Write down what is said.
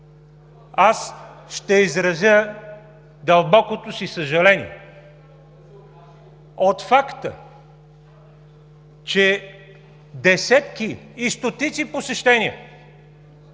Ще изразя дълбокото си съжаление от факта, че десетки и стотици посещения